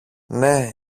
ναι